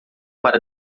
para